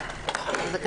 פרידמן, בבקשה.